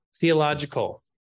theological